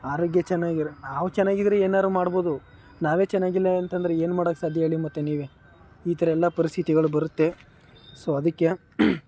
ಆರೋಗ್ಯ ಚೆನ್ನಾಗಿರೊ ನಾವು ಚೆನ್ನಾಗಿದ್ರೆ ಏನಾದ್ರು ಮಾಡ್ಬೋದು ನಾವೇ ಚೆನ್ನಾಗಿಲ್ಲ ಅಂತ ಅಂದ್ರೆ ಏನು ಮಾಡೋಕೆ ಸಾಧ್ಯ ಹೇಳಿ ಮತ್ತು ನೀವೇ ಈ ಥರ ಎಲ್ಲ ಪರಿಸ್ಥಿತಿಗಳು ಬರುತ್ತೆ ಸೊ ಅದಕ್ಕೆ